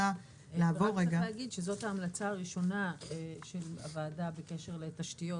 רק צריך להגיד שזאת ההמלצה הראשונה של הוועדה בקשר לתשתיות,